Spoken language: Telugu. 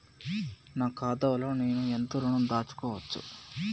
నా ఖాతాలో నేను ఎంత ఋణం దాచుకోవచ్చు?